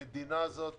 המדינה הזאת